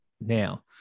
now